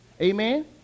Amen